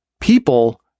People